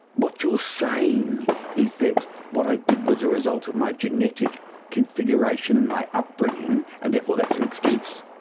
what you're saying is that what i did was a result of my genetic configurations and my upbringing, and therefore that's an excuse.